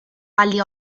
valli